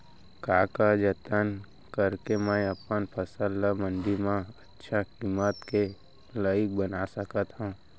का का जतन करके मैं अपन फसल ला मण्डी मा अच्छा किम्मत के लाइक बना सकत हव?